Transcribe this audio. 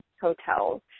Hotels